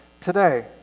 today